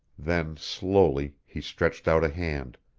then, slowly, he stretched out a hand.